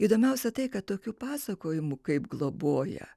įdomiausia tai kad tokių pasakojimų kaip globoja